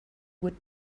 would